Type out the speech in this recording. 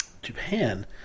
Japan